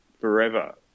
forever